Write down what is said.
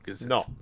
No